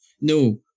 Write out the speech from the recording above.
No